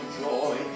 joy